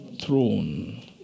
Throne